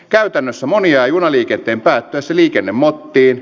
käytännössä moni jää junaliikenteen päättyessä liikennemottiin